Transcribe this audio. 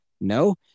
no